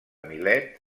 milet